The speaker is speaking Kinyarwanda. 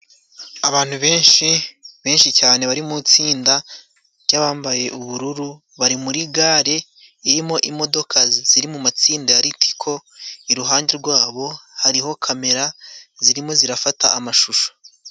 Abantu benshi, benshi cyane bari mu tsinda ry'abambaye ubururu. Bari muri gare irimo imodoka ziri mu matsinda ya ritiko, iruhande rwabo hariho kamera zirimo zirafata amashusho.